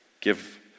Give